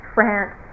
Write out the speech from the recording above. France